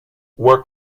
were